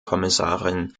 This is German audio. kommissarin